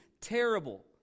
terrible